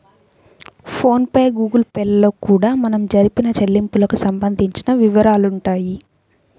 phone pay Google Pay లలో కూడా మనం జరిపిన చెల్లింపులకు సంబంధించిన వివరాలుంటాయి